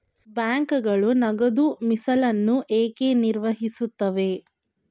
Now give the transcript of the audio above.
ಬ್ಯಾಂಕುಗಳು ನಗದು ಮೀಸಲನ್ನು ಏಕೆ ನಿರ್ವಹಿಸುತ್ತವೆ?